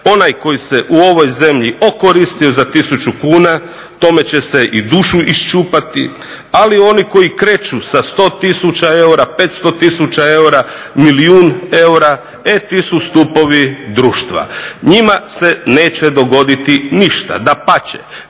Onaj koji se u ovoj zemlji okoristio za 1000 kuna tome će se i dušu iščupati ali oni koji kreću sa 100 tisuća eura, 500 tisuća eura, milijun eura e ti su stupovi društva. Njima se neće dogoditi ništa, dapače,